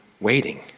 waiting